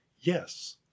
yes